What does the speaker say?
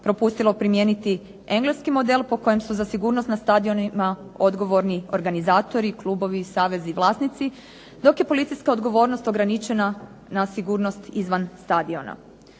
propustilo primijeniti engleski model po kojem su za sigurnost na stadionima odgovorni organizatori, klubovi, savezi, vlasnici dok je policijska odgovornost ograničena na sigurnost izvan stadiona.